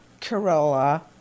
Corolla